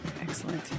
Excellent